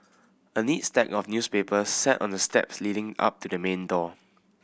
a neat stack of newspapers sat on the steps leading up to the main door